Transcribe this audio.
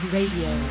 Radio